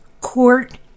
court